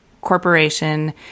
corporation